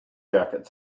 jacket